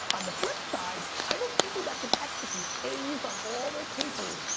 on the flip side, i know people that can execute a's on all their papers,